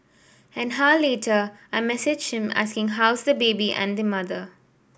an later I messaged him asking how's the baby and mother